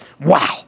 Wow